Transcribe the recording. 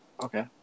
Okay